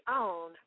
own